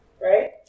right